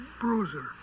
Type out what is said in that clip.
Bruiser